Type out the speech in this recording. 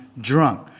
drunk